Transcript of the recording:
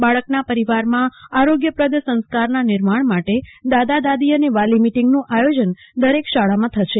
બાળકના પરોવારમાં આરોગ્યપ્રદ સંસ્કારના નિમાણ માટ દાદા દાદો અને વાલી મીટોગ નું આયોજન દરક શાળા માં થશે